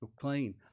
clean